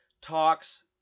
talks